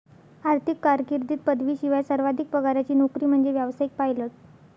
आर्थिक कारकीर्दीत पदवीशिवाय सर्वाधिक पगाराची नोकरी म्हणजे व्यावसायिक पायलट